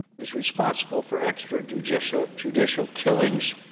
is responsible for extra judicial judicial killings,